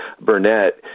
Burnett